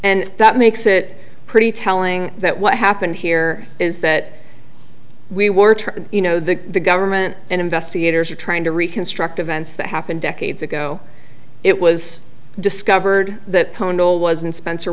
and that makes it pretty telling that what happened here is that we were you know the government and investigators are trying to reconstruct events that happened decades ago it was discovered that kono was in spencer